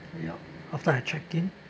yup after I check in